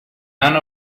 none